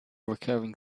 recurring